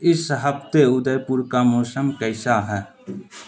اس ہفتے ادے پور کا موسم کیسا ہے